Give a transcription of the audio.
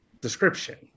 description